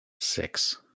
Six